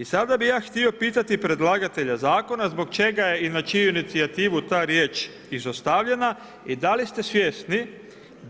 I sada bi ja htio pitati predlagatelja zakona, zbog čega je i na čiju inicijativu ta riječ izostavljena i da li su svjesni,